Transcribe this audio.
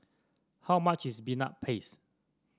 how much is Peanut Paste